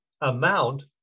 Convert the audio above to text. amount